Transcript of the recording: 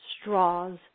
Straws